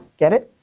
get it?